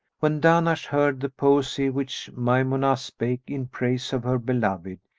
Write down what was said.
when dahnash heard the poesy which maymunah spake in praise of her beloved,